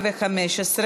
התשע"ה 2015,